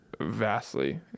Vastly